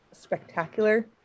spectacular